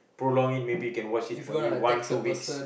prolong it maybe you can watch it one two weeks